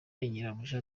nyirabuja